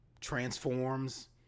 transforms